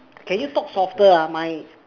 can you talk softer my